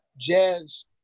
jazz